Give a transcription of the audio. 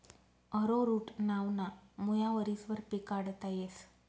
arrowroot नावना मुया वरीसभर पिकाडता येस